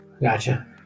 Gotcha